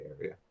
area